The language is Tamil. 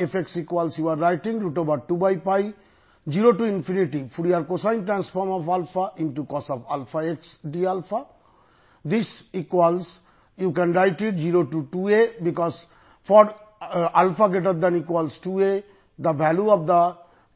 இப்பொழுது மற்றும்